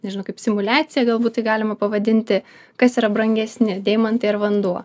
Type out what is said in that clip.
nežinau kaip simuliaciją galbūt tai galima pavadinti kas yra brangesni deimantai ar vanduo